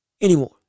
anymore